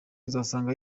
uzasanga